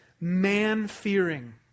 man-fearing